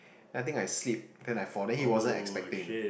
then I think I slip then I fall then he wasn't expecting